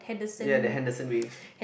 ya the Henderson-Waves